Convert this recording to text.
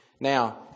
Now